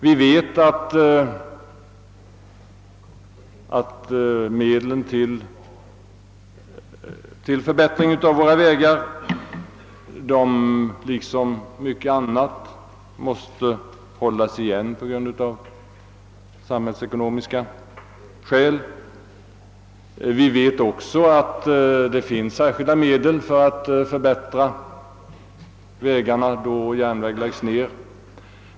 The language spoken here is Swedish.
Vi vet att medelstilldelningen för förbättring av vägarna, liksom medelstilldelningen för många andra ändamål, måste hållas igen av samhällsekonomiska skäl. Vi vet också att medel i särskild ordning avsatts för att förbättra landsvägarna i områden där en järnväg läggs ned.